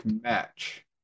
match